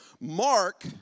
Mark